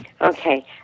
Okay